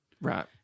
Right